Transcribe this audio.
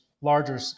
larger